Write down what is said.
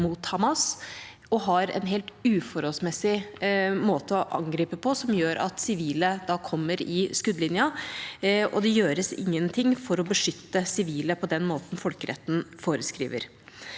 og har en helt uforholdsmessig måte å angripe på, som gjør at sivile kommer i skuddlinjen, og ingenting gjøres for å beskytte sivile på den måten folkeretten foreskriver.